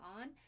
on